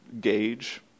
gauge